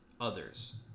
others